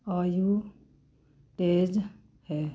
outage ਹੈ